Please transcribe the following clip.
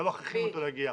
לא מכריחים אותו להגיע.